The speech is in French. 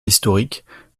historique